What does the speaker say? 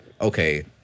okay